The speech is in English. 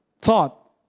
thought